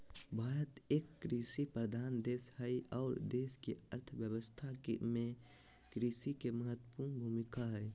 भारत एक कृषि प्रधान देश हई आर देश के अर्थ व्यवस्था में कृषि के महत्वपूर्ण भूमिका हई